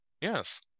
yes